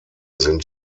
sind